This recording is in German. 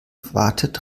wartet